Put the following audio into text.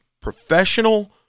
professional